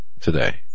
today